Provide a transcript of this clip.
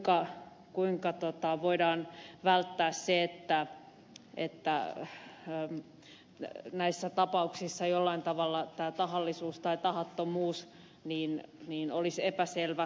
kuinka voidaan välttää se että näissä tapauksissa jollain tavalla tämä tahallisuus tai tahattomuus olisi epäselvä